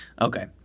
okay